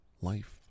life